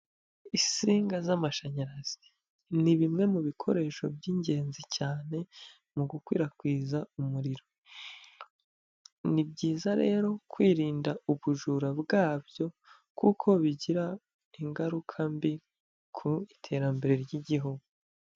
Insinga z'amashanyarazi, ni bimwe mu bikoresho by'ingenzi cyane mu gukwirakwiza umuriro. Ni byiza rero kwirinda ubujura bwabyo kuko bigira ingaruka mbi ku iterambere ry'igihugu.